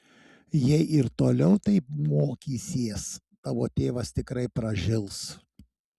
jei ir toliau taip mokysies tavo tėvas tikrai pražils